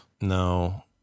No